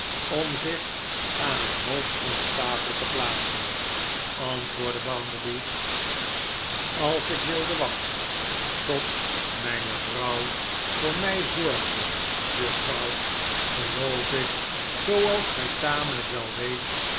om zich aan het hoofd van de tafel te plaatsen antwoordde bounderby als ik wilde wachten tot mijne vrouw voor mij zorgde juffrouw geloof ik zooals gij tamelijk wel weet